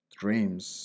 dreams